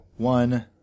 One